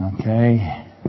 Okay